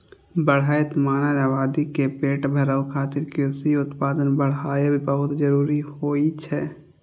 बढ़ैत मानव आबादी के पेट भरै खातिर कृषि उत्पादन बढ़ाएब बहुत जरूरी होइ छै